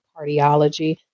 cardiology